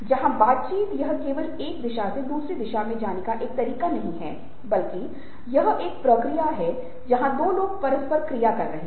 जहाँ बातचीत यह केवल एक दिशा से दूसरी दिशा में जाने का एक तरीका नहीं है बल्कि यह एक प्रक्रिया है जहाँ दो लोग परस्पर क्रिया कर रहे हैं